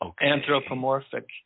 anthropomorphic